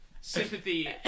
sympathy